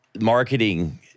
marketing